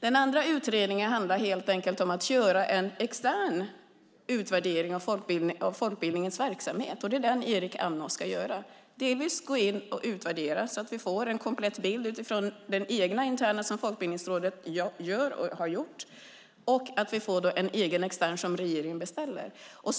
Den andra utredningen handlar helt enkelt om att göra en extern utvärdering av folkbildningens verksamhet. Det är den Erik Amnå ska göra. Det är dels en utvärdering där vi får en komplett bild utifrån den egna interna som Folkbildningsrådet gör och har gjort, dels en extern utvärdering som regeringen har beställt.